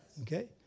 Okay